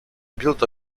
built